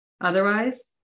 otherwise